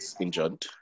injured